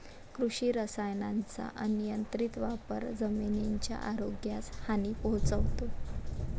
कृषी रसायनांचा अनियंत्रित वापर जमिनीच्या आरोग्यास हानी पोहोचवतो